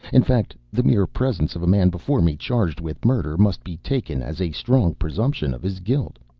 in fact, the mere presence of a man before me charged with murder must be taken as a strong presumption of his guilt.